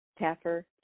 Taffer